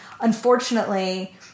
Unfortunately